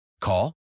Call